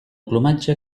plomatge